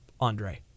Andre